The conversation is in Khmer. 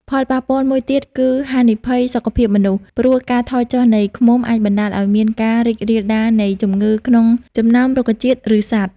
ផលប៉ះពាល់មួយទៀតគឺហានិភ័យសុខភាពមនុស្ស ព្រោះការថយចុះនៃឃ្មុំអាចបណ្តាលឲ្យមានការរីករាលដាលនៃជំងឺក្នុងចំណោមរុក្ខជាតិ ឬសត្វ។